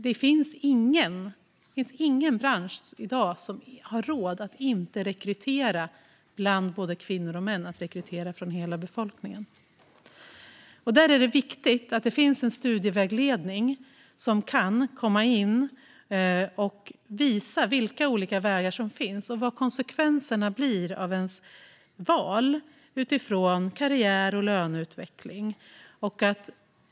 Det finns ingen bransch i dag som har råd att inte rekrytera bland både kvinnor och män och hela befolkningen. Därför är det viktigt att det finns en studievägledning som kan komma in och visa vilka olika vägar som finns och vad konsekvenserna blir av ens val utifrån karriär och löneutveckling.